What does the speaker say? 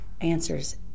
answers